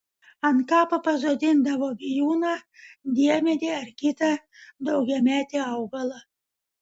ant kapo pasodindavo bijūną diemedį ar kitą daugiametį augalą